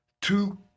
two